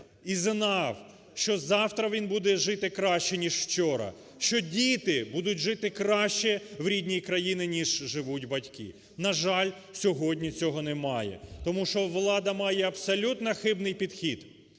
і знав, що завтра він буде жити краще, ніж вчора, що діти будуть жити краще в рідній країні, ніж живуть батьки. На жаль, сьогодні цього немає. Тому що влада має абсолютно хибний підхід